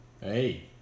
Hey